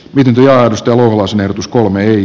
mäntylä astuu ulos uskoo meihin